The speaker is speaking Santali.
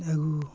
ᱟᱹᱜᱩ